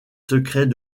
secrets